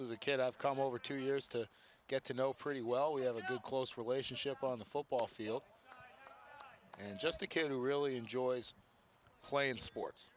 one was a kid i've come over two years to get to know pretty well we have a good close relationship on the football field and just a kid who really enjoys playing sports